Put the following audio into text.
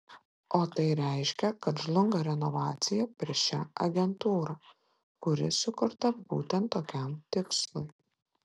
o tai reiškia kad žlunga renovacija per šią agentūrą kuri sukurta būtent tokiam tikslui